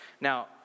Now